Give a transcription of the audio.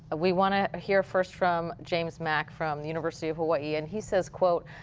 we want to hear first from james mack from university of hawaii. and he says, quote,